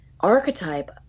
archetype